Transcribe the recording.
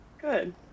good